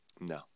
No